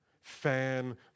fan